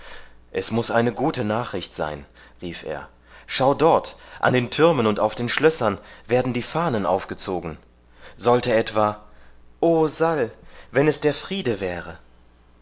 es muß eine gute nachricht sein rief er schau dort an den türmen und auf den schlössern werden die fahnen aufgezogen sollte etwa o sal wenn es der friede wäre